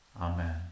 Amen